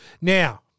now